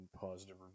positive